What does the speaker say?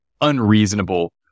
unreasonable